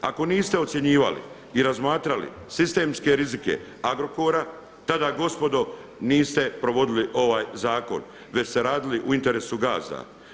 Ako niste ocjenjivali i razmatrali sistemske rizike Agrokora tada gospodo niste provodili ovaj zakon već ste radili u interesu gazda.